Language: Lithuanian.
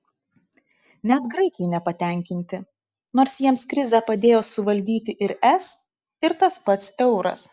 net graikai nepatenkinti nors jiems krizę padėjo suvaldyti ir es ir tas pats euras